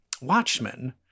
Watchmen